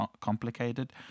complicated